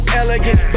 elegant